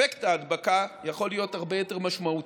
אפקט ההדבקה יכול להיות הרבה יותר משמעותי.